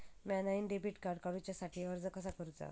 म्या नईन debit card काडुच्या साठी अर्ज कसा करूचा?